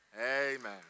Amen